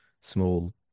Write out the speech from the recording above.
small